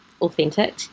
authentic